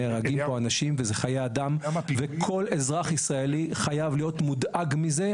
נהרגים פה אנשים וזה חיי אדם וכל אזרח ישראלי חייב להיות מודאג מזה,